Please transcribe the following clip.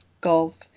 gulf